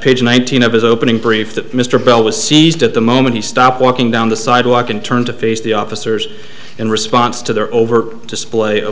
page nineteen of his opening brief that mr bell was seized at the moment you stop walking down the sidewalk and turn to face the officers in response to their overt display of